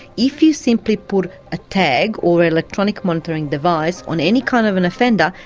if you simply put a tag or electronic monitoring device on any kind of an offender,